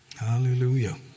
Hallelujah